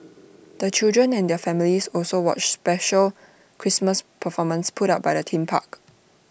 the children and their families also watched special Christmas performances put up by the theme park